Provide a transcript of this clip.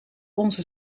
onze